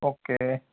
okay